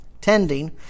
tending